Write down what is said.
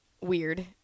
weird